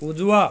उजवा